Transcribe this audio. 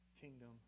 kingdom